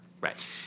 Right